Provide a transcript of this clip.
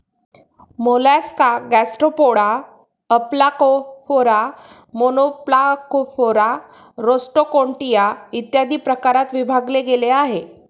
Mollusca Gastropoda, Aplacophora, Monoplacophora, Rostroconchia, इत्यादी प्रकारात विभागले गेले आहे